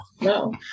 No